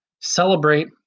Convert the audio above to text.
celebrate